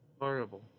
Horrible